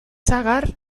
sagar